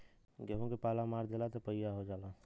गेंहू के पाला मार देला त पइया हो जाला